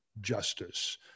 justice